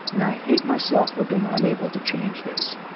and i hate myself for being unable to change this.